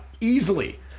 easily